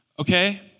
Okay